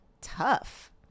tough